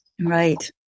Right